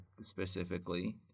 specifically